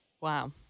Wow